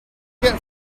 get